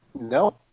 no